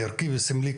ערכי וסמלי,